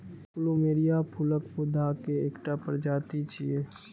plumeria फूलक पौधा के एकटा प्रजाति छियै